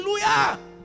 hallelujah